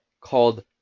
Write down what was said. called